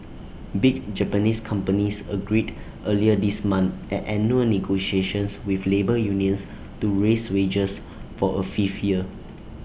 big Japanese companies agreed earlier this month at annual negotiations with labour unions to raise wages for A fifth year